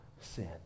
sin